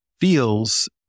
feels